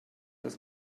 das